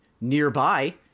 nearby